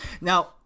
Now